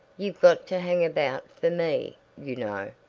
you've got to hang about for me, you know.